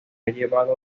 llevado